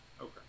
Okay